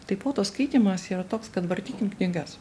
tai fotoskaitymas yra toks kad vartykim knygas